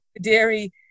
dairy